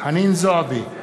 חנין זועבי,